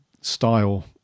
style